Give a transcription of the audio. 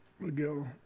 Miguel